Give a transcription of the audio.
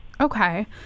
Okay